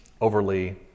overly